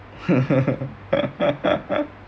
but